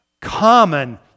common